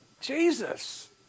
Jesus